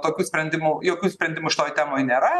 tokių sprendimų jokių sprendimų šitoj temoj nėra